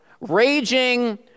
raging